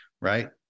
Right